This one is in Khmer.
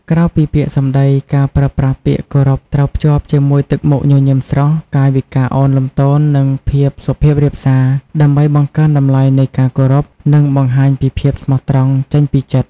ក្រៅពីពាក្យសម្ដី ការប្រើប្រាស់ពាក្យគោរពត្រូវភ្ជាប់ជាមួយទឹកមុខញញឹមស្រស់ កាយវិការឱនលំទោន និងភាពសុភាពរាបសា ដើម្បីបង្កើនតម្លៃនៃការគោរព និងបង្ហាញពីភាពស្មោះត្រង់ចេញពីចិត្ត។